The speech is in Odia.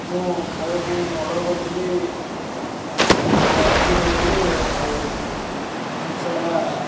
ମୁଁ ଖାଇବା ପାଇଁ ଅର୍ଡ଼ର୍ କରିଥିଲି ଘରର ଅସୁବିଧା ଯୋଗୁଁ ଆଉ ଜିନିଷଟା